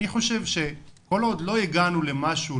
אני חושב שכל עוד לא הגענו למשהו,